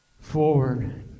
forward